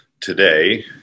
today